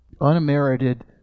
Unmerited